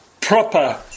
proper